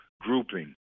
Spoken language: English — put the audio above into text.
grouping